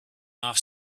off